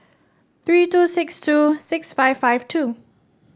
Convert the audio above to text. three two six two six five five two